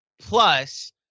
plus